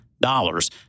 Dollars